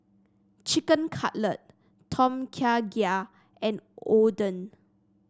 Chicken Cutlet Tom Kha Gai and Oden